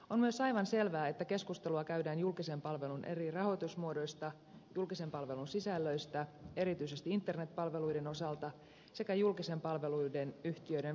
on myös aivan selvää että keskustelua käydään julkisen palvelun eri rahoitusmuodoista julkisen palvelun sisällöistä erityisesti internetpalveluiden osalta sekä julkisten palveluiden yhtiöiden valvonnasta